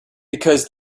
because